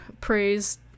praise